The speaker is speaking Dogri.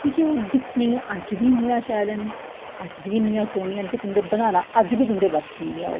कि के ओह् दिक्खने ई अज्ज बी इन्नियां शैल न अज्ज बी इन्नियां सोह्नियां न कि ते तुं'दे बनाना अज्ज बी तुं'दे बस्स च निं ऐ ओह्